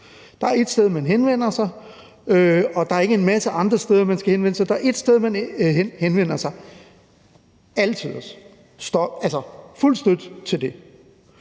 Der er ét sted, man henvender sig, og der er ikke en masse andre steder, man skal henvende sig. Der er et sted, man henvender sig. Det er alle tiders – fuld støtte til det.